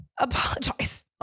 apologize